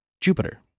Jupiter